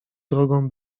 drogą